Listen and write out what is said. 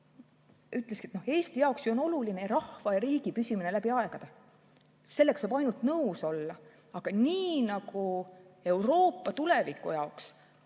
ütles, et Eesti jaoks on oluline rahva ja riigi püsimine läbi aegade. Sellega saab ainult nõus olla. Aga nii nagu Euroopa tuleviku jaoks